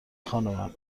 خانومم